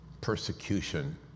persecution